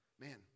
man